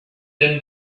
than